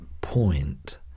point